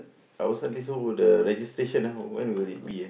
our son this the registration ah when will it be ah